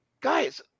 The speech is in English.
guys